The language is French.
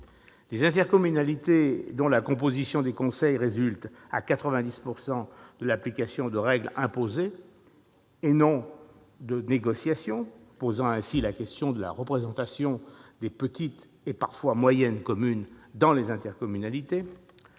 des intercommunalités dont la composition des conseils résulte à 90 % de l'application de règles imposées et non de négociations, posant ainsi la question de la représentation des petites communes, voire parfois des communes